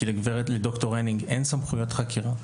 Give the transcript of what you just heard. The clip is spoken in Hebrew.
כי לד"ר הניג אין סמכויות חקירה.